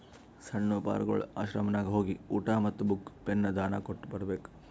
ಸಣ್ಣು ಪಾರ್ಗೊಳ್ ಆಶ್ರಮನಾಗ್ ಹೋಗಿ ಊಟಾ ಮತ್ತ ಬುಕ್, ಪೆನ್ ದಾನಾ ಕೊಟ್ಟ್ ಬರ್ಬೇಕ್